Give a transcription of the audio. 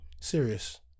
serious